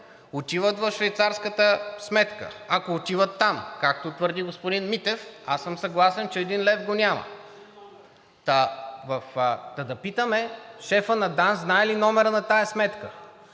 отиват в швейцарската сметка, ако отиват там, както твърди господин Митев. Аз съм съгласен, че един лев го няма. Да питаме шефа на ДАНС: знае ли номера на тази сметка?